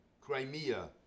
Crimea